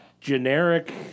generic